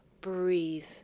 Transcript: Breathe